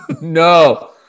No